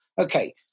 Okay